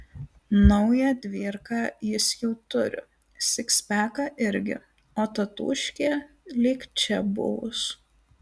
naują dvyrką jis jau turi sikspeką irgi o tatūškė lyg čia buvus